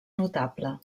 notable